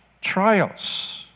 trials